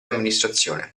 amministrazione